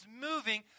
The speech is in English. moving